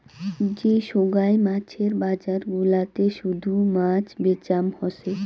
যে সোগায় মাছের বজার গুলাতে শুধু মাছ বেচাম হসে